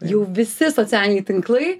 jau visi socialiniai tinklai